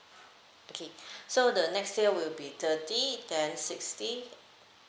okay so the next tier will be thirty then sixty